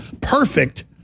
perfect